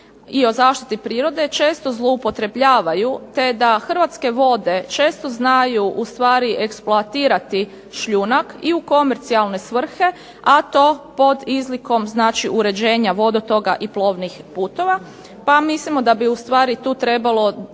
i zaštiti prirode često puta zloupotrebljavaju, te da Hrvatske vode često znaju eksploatirati šljunak i u komercijalne svrhe, a to pod izlikom uređenja vodotoka i plovnih putova, pa mislimo da bi ustvari tu trebalo